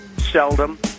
seldom